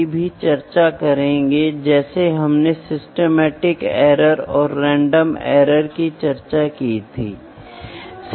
परिणामों का वैज्ञानिक विश्लेषण किया जाता है और त्रुटियों की समझदारी से व्याख्या की जाती है